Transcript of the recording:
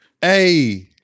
Hey